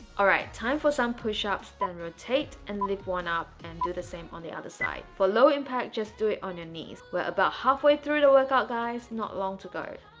alright time for some push-ups then rotate and lift one up and do the same on the other side. for low-impact just do it on your knees. we're about halfway through the workout guys. not long to go